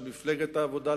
של מפלגת העבודה,